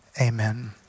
amen